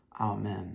Amen